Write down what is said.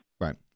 Right